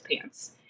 pants